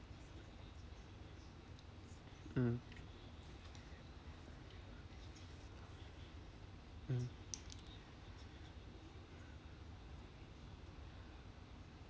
mm mm